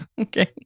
Okay